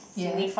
yes